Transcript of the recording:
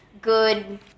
good